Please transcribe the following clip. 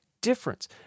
difference